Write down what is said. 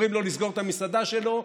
אומרים לו לסגור את המסעדה שלו,